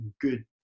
good